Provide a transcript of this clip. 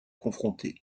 confronté